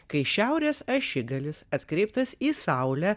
kai šiaurės ašigalis atkreiptas į saulę